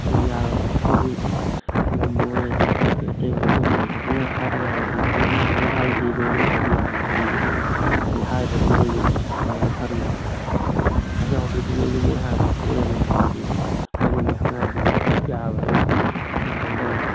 ꯑꯗꯨ ꯌꯥꯔꯣꯏꯕ ꯑꯇꯩꯁꯨ ꯇꯣꯝꯕ ꯍꯣꯏ ꯑꯗꯒꯤ ꯀꯔꯤ ꯀꯔꯤ ꯑꯇꯩ ꯂꯣꯏ ꯀꯩꯀꯩꯁꯨ ꯖꯤꯄꯨ ꯍꯣꯏ ꯍꯥꯏꯔꯒ ꯍꯥꯏꯕꯗꯤ ꯄꯨꯂꯞ ꯃꯥꯟꯅꯅ ꯍꯥꯏꯖꯤꯗꯣ ꯅꯠꯇ꯭ꯔꯗꯤ ꯌꯥꯔꯣꯏꯕ ꯃꯣꯏꯁꯨ ꯍꯥꯏꯗꯤ ꯍꯥꯏꯗ꯭ꯔꯒꯗꯤ ꯃꯣꯏꯁꯨ ꯀꯃꯥꯏꯅ ꯈꯪꯅꯤ ꯍꯥꯏꯅꯍꯧꯗ꯭ꯔꯗꯤ ꯃꯣꯏꯁꯨ ꯃꯣꯏ ꯍꯥꯟ ꯇꯧꯊꯣꯛ ꯂꯩꯔꯝꯃꯗꯤ ꯑꯗꯨꯗꯤ ꯑꯩꯈꯣꯏ ꯑꯃꯅꯤꯈꯛ ꯉꯥꯏꯔꯗꯤ ꯑꯃꯨꯛ ꯌꯥꯔꯣꯏꯕ ꯑꯗꯨꯗꯤ ꯀꯝꯄ꯭ꯂꯦꯟ ꯇꯧꯕ